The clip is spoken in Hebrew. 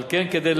על כן,